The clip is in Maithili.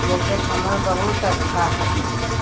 जैकेट हमर बहुत अच्छा हइ